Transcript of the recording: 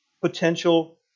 potential